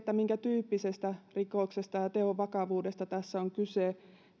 minkätyyppisestä rikoksesta ja teon vakavuudesta tässä on kyse